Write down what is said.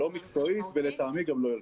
לא מקצועית ולטעמי גם לא ערכית.